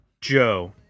Joe